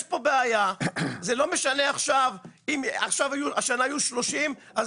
יש פה בעיה, זה לא משנה עכשיו אם השנה היו 30 אז